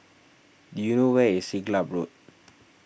do you know where is Siglap Road